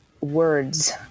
words